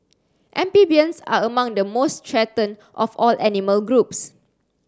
amphibians are among the most threatened of all animal groups